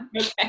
Okay